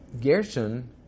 Gershon